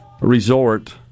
Resort